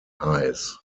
hayes